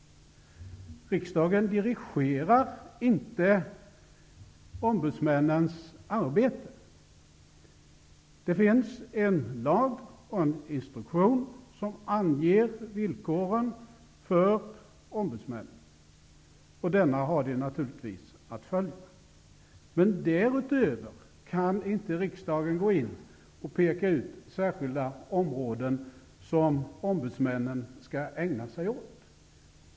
Riksdagen dirigerar inte ombudsmännens arbete. Det finns en lag och en instruktion som anger villkoren för ombudsmännen, och denna har de naturligtvis att följa. Men därutöver kan inte riksdagen gå in och peka up särskilda områden som ombudsmännen skall ägna sig åt.